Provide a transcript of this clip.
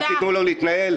לא לתת לו להתנהל.